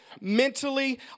mentally